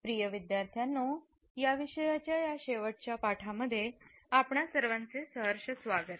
प्रिय विद्यार्थ्यांनो या विषयाच्या या शेवटच्या पाठांमध्ये आपणा सर्वांचे सहर्ष स्वागत